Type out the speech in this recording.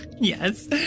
Yes